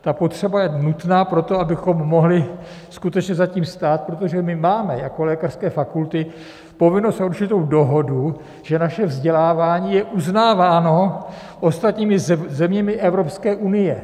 Ta potřeba je nutná proto, abychom mohli skutečně za tím stát, protože my máme jako lékařské fakulty povinnost a určitou dohodu, že naše vzdělávání je uznáváno ostatními zeměmi Evropské unie.